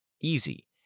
easy